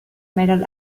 metal